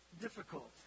difficult